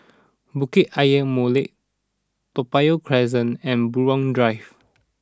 Bukit Ayer Molek Toa Payoh Crest and Buroh Drive